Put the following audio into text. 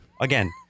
Again